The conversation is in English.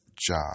job